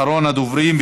אחרון הדוברים.